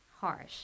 harsh